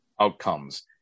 outcomes